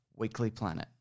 weeklyplanet